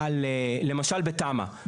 למשל בתמ"א.